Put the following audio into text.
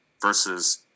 versus